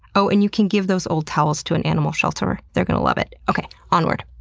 oh, and you can give those old towels to an animal shelter, they're going to love it. okay, onward.